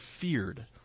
feared